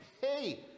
hey